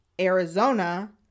Arizona